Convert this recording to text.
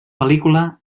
pel·lícula